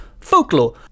folklore